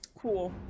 Cool